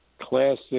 classic